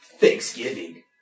Thanksgiving